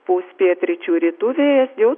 pūs pietryčių rytų vėjas jau